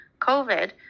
COVID –